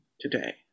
today